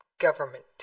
government